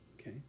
Okay